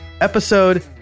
episode